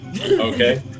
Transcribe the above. Okay